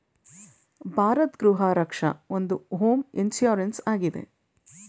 ಭಾರತ್ ಗೃಹ ರಕ್ಷ ಒಂದು home insurance ಆಗಿದೆ